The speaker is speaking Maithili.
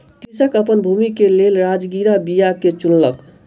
कृषक अपन भूमि के लेल राजगिरा बीया के चुनलक